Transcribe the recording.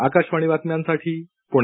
आकाशवाणी बातम्यांसाठी पुणे